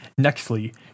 nextly